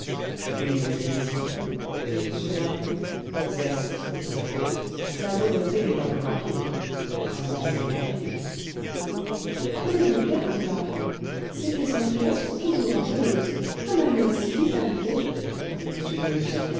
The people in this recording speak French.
oui mais il est si prompt dit m d'harville zest et c'est fait la volonté n'est pas plus rapide vraiment c'est merveilleux prenez donc garde d'harville ces plaisanteries là sont toujours dangereuses un malheur est si vite arrivé dit